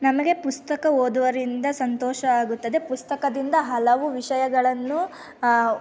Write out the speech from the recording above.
ನನಗೆ ಪುಸ್ತಕ ಓದುವರಿಂದ ಸಂತೋಷ ಆಗುತ್ತದೆ ಪುಸ್ತಕದಿಂದ ಹಲವು ವಿಷಯಗಳನ್ನು